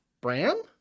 Bram